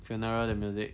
funeral 的 music